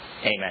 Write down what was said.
Amen